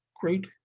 great